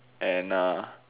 and uh